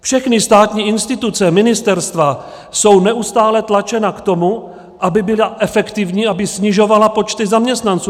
Všechny státní instituce, ministerstva jsou neustále tlačeny k tomu, aby byly efektivní, aby snižovaly počty zaměstnanců.